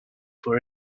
for